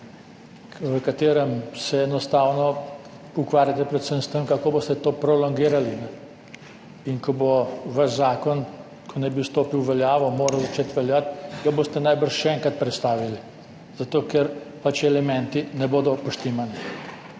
v katerem se enostavno ukvarjate predvsem s tem, kako boste to prolongirali, in ko bo vaš zakon, ko naj bi vstopil v veljavo, moral začeti veljati, ga boste najbrž še enkrat predstavili, zato ker elementi ne bodo »poštimani«.